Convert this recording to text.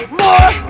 more